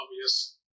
obvious